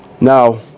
Now